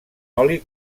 oli